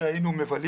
בו היינו מבלים,